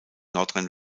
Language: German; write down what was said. nordrhein